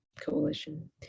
coalition